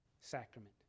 sacrament